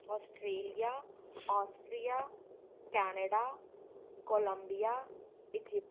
Australia Austria Canada Columbia Egypt